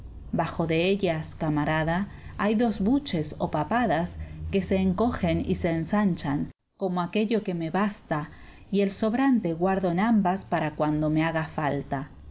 bajo de ellas camarada hay dos buches o papadas que se encogen y se ensanchan como aquello que me basta y el sobrante guardo en ambas para cuando me haga falta